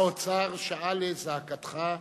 משרד האוצר שעה לזעקתך.